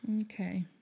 Okay